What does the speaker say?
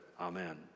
Amen